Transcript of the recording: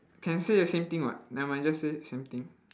can say the same thing [what] never mind just say same thing